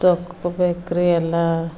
ತಗೋಬೇಕ್ರಿ ಎಲ್ಲ